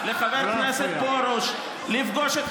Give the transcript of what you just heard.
חבר הכנסת פרוש, בוא נקשיב לתשובת השר.